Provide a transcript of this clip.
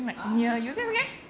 ah